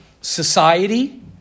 society